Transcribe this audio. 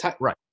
Right